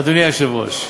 אדוני היושב-ראש,